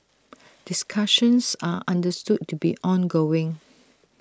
discussions are understood to be ongoing